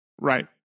Right